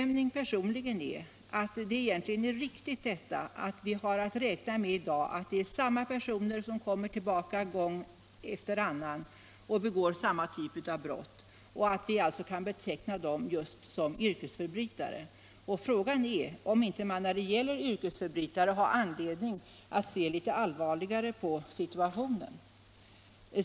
Min personliga bedömning är att vi i dag har att räkna med att det är samma personer som kommer tillbaka gång efter gång och begår samma typ av brott och att vi alltså kan beteckna dem som yrkesförbrytare. Frågan är om man inte när det gäller yrkesförbrytare har anledning att se allvarligare på situationen.